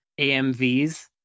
AMVs